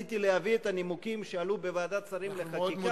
אני עליתי להביא את הנימוקים שעלו בוועדת השרים לחקיקה,